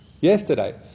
yesterday